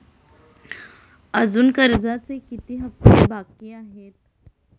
अजुन कर्जाचे किती हप्ते बाकी आहेत?